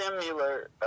similar